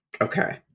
Okay